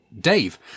Dave